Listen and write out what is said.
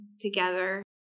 together